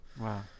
wow